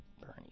Bernie